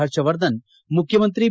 ಹರ್ಷವರ್ಧನ್ ಮುಖ್ಯಮಂತ್ರಿ ಬಿ